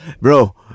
bro